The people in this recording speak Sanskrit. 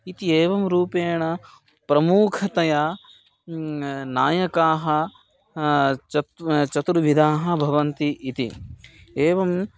इति एवं रूपेण प्रमुखतया नायकाः चत्व् चतुर्विधाः भवन्ति इति एवम्